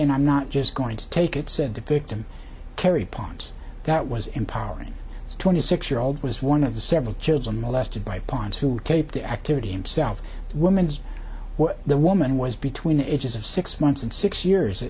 and i'm not just going to take it said the victim carrie ponce that was empowering twenty six year old was one of the several children molested by ponce who taped the activity him self woman's the woman was between the ages of six months and six years